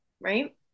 right